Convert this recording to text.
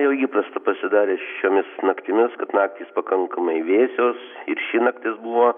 jau įprasta pasidarius šiomis naktimis kad naktys pakankamai vėsios ir ši naktis buvo